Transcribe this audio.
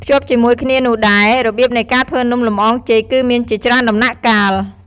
ភ្ជាប់ជាមួយគ្នានោះដែរ របៀបនៃការធ្វើនំលម្អងចេកគឺមានជាច្រើនដំណាក់កាល។